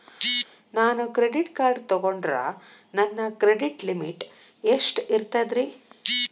ನಾನು credit card ತೊಗೊಂಡ್ರ ನನ್ನ ಕ್ರೆಡಿಟ್ ಲಿಮಿಟ್ ಎಷ್ಟ ಇರ್ತದ್ರಿ?